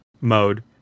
mode